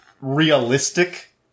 realistic